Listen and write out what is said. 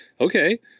Okay